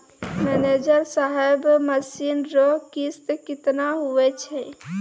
manager साहब महीना रो किस्त कितना हुवै छै